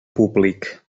públic